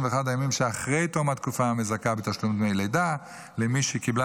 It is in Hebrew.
הימים שאחרי תום התקופה המזכה בתשלום דמי לידה למי שקיבלה